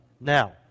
Now